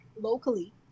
locally